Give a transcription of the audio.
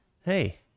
Hey